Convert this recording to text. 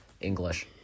English